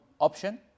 option